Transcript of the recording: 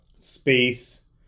space